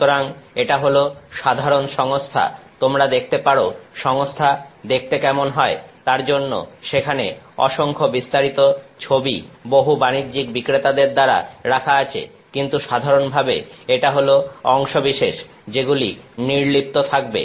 সুতরাং এটা হল সাধারন সংস্থা তোমরা দেখতে পারো সংস্থা কেমন দেখতে হয় তার জন্য সেখানে অসংখ্য বিস্তারিত ছবি বহু বাণিজ্যিক বিক্রেতাদের দ্বারা রাখা আছে কিন্তু সাধারণভাবে এটা হল অংশবিশেষ যেগুলি নির্লিপ্ত থাকবে